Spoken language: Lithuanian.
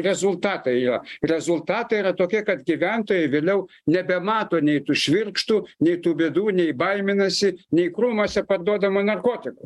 rezultatai yra rezultatai yra tokie kad gyventojai vėliau nebemato nei tų švirkštų nei tų bėdų nei baiminasi nei krūmuose parduodamų narkotikų